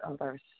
others